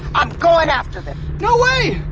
i'm going after them no way!